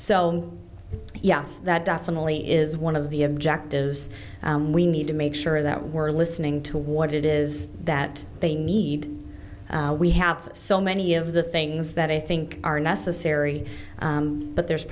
so yes that definitely is one of the objectives we need to make sure that we're listening to what it is that they need we have so many of the things that i think are necessary but there's